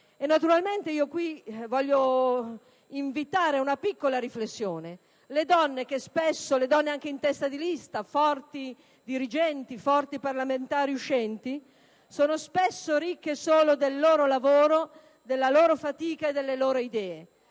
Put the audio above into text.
Vorrei pertanto invitarvi a una riflessione. Le donne, anche in testa di lista, forti dirigenti e forti parlamentari uscenti, sono spesso ricche solo del loro lavoro, della loro fatica e delle loro idee.